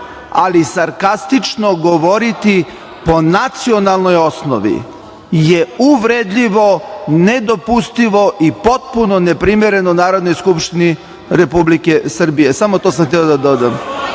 ali sarkastično govoriti po nacionalnoj osnovi je uvredljivo, nedopustivo i potpuno neprimereno Narodnoj skupštini Republike Srbije. Samo to sam hteo da dodam. Ne